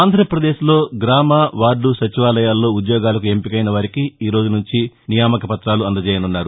ఆంధ్రాప్రదేశ్ లో గ్రామ వార్డు సచివాలయాల్లో ఉద్యోగాలకు ఎంపికైన వారికి ఈరోజు నుంచి నియామక పతాలు అందజేయనున్నారు